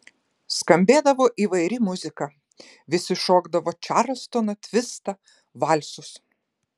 skambėdavo įvairi muzika visi šokdavo čarlstoną tvistą valsus